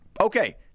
Okay